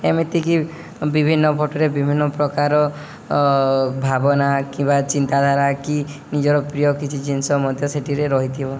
ଏମିତିକି ବିଭିନ୍ନ ଫଟୋରେ ବିଭିନ୍ନ ପ୍ରକାର ଭାବନା କିମ୍ବା ଚିନ୍ତାଧାରା କି ନିଜର ପ୍ରିୟ କିଛି ଜିନିଷ ମଧ୍ୟ ସେଥିରେ ରହିଥିବ